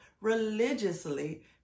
religiously